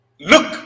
look